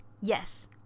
yes